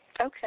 okay